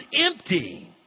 empty